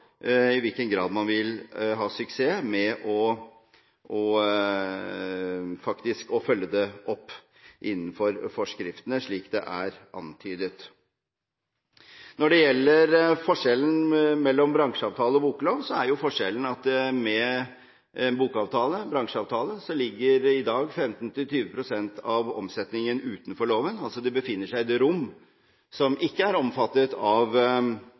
i hvilken grad man vil ha suksess med faktisk å følge det opp innenfor forskriftene, slik det er antydet. Når det gjelder forskjellen mellom bransjeavtale og boklov, er den at med en bransjeavtale ligger i dag 15–20 pst. av omsetningen utenfor loven, den befinner seg altså i et rom som ikke er omfattet av